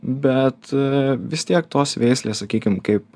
bet vis tiek tos veislės sakykim kaip